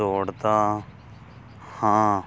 ਦੌੜਦਾ ਹਾਂ